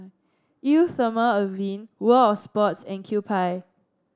Eau Thermale Avene World Of Sports and Kewpie